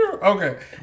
Okay